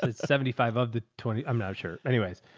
ah seventy five of the twenty. i'm not sure. anyways.